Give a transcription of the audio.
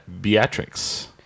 Beatrix